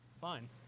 Fine